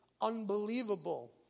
unbelievable